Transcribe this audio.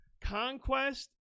conquest